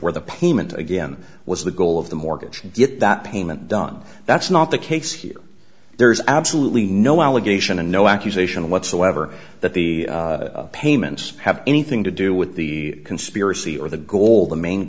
payment again was the goal of the mortgage and get that payment done that's not the case here there is absolutely no allegation and no accusation whatsoever that the payments have anything to do with the conspiracy or the goal the main